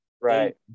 Right